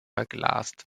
verglast